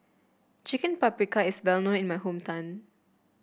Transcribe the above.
Chicken Paprikas is well known in my hometown